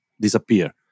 disappear